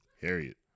Harriet